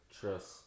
trust